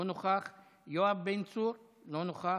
לא נוכח, יואב בן צור, לא נוכח.